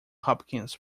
hopkins